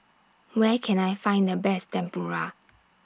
Where Can I Find The Best Tempura